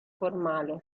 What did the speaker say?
formale